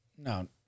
No